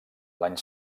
l’any